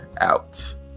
out